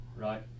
right